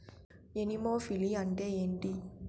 Anemophily అంటే ఏంటి?